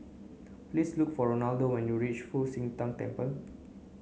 please look for Ronaldo when you reach Fu Xi Tang Temple